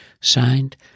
Signed